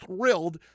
thrilled